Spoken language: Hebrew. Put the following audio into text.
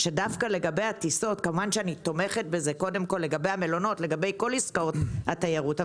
כמובן שאני תומכת בזה לגבי המלונות ולגבי כל עסקאות התיירות,